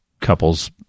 couples